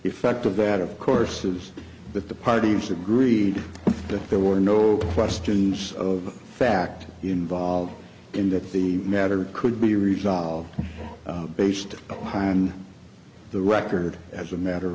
effect of that of course is that the parties agreed that there were no open questions of fact involved in that the matter could be resolved based upon the record as a matter